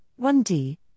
1D